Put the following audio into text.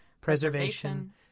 preservation